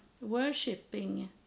worshipping